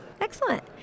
Excellent